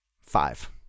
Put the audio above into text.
Five